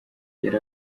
yari